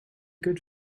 good